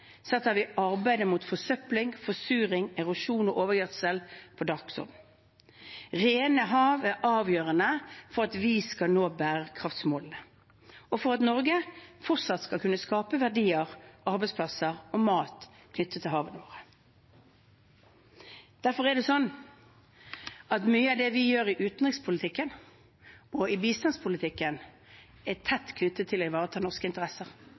vi arbeidet mot forsøpling, forsuring, erosjon og overgjødsel på dagsordenen. Rene hav er avgjørende for at vi skal nå bærekraftsmålene, og for at Norge fortsatt skal kunne skape verdier, arbeidsplasser og mat knyttet til havområdene. Derfor er det sånn at mye av det vi gjør i utenrikspolitikken og i bistandspolitikken, er tett knyttet til å ivareta norske interesser,